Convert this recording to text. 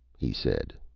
he said.